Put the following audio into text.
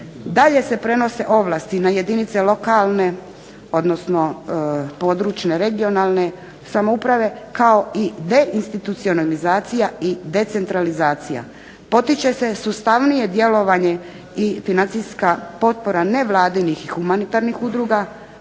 Dalje se prenose ovlasti na jedinice lokalne područne regionalne samouprave, kao i deinstitucionalizacija i decentralizacija, potiče se sustavnije djelovanje i financijska potpora nevladinih humanitarnih udruga,